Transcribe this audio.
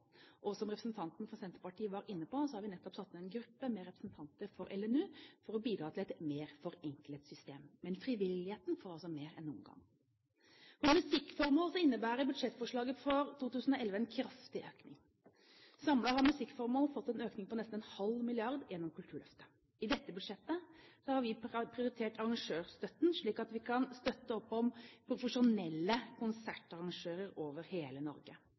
og som representanten fra Senterpartiet var inne på, har vi nettopp satt ned en gruppe med representanter for LNU for å bidra til et mer forenklet system. Men frivilligheten får altså mer enn noen gang. For musikkformål innebærer budsjettforslaget for 2011 en kraftig økning. Samlet har musikkformål fått en økning på nesten 0,5 mrd. kr gjennom Kulturløftet. I dette budsjettet har vi prioritert arrangørstøtten, slik at vi kan støtte opp om profesjonelle konsertarrangører over hele Norge.